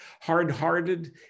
Hard-hearted